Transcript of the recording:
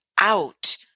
out